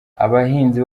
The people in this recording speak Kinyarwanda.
abahinzi